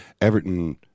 Everton